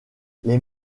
les